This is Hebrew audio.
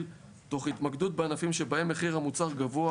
תוך התמקדות בענפים שבהם מחיר המוצר גבוה